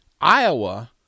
Iowa